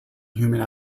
human